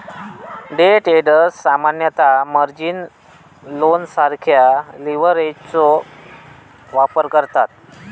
day traders सामान्यतः margin लोनसारख्या लीव्हरेजचो वापर करतत